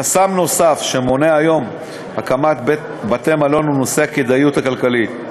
חסם נוסף שמונע היום הקמת בתי-מלון הוא נושא הכדאיות הכלכלית.